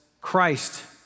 Christ